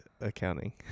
accounting